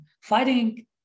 fighting